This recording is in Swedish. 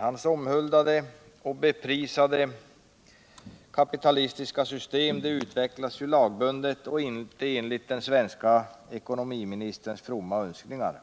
Hans omhuldade och beprisade kapitalistiska system utvecklas lagbundet och inte enligt den svenske ekonomiministerns fromma önskningar.